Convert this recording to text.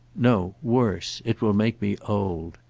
no worse. it will make me old.